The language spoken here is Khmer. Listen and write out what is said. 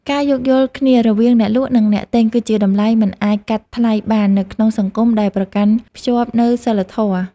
ការយោគយល់គ្នារវាងអ្នកលក់និងអ្នកទិញគឺជាតម្លៃមិនអាចកាត់ថ្លៃបាននៅក្នុងសង្គមដែលប្រកាន់ភ្ជាប់នូវសីលធម៌។